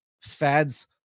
fads